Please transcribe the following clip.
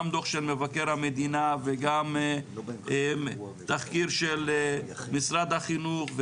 גם דו"ח של מבקר המדינה וגם תחקיר של משרד החינוך,